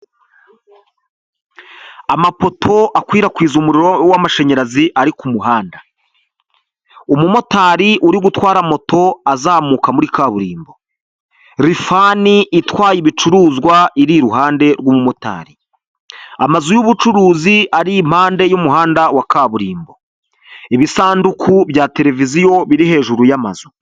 Amapoto akwirakwiza umuriro w'amashanyarazi ari ku muhanda, umumotari uri gutwara moto azamuka muri kaburimbo, rifani itwaye ibicuruzwa iri iruhande rw'umumotari, amazu y'ubucuruzi ari impande y'umuhanda wa kaburimbo, ibisanduku bya televiziyo biri hejuru y'amazu.